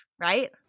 right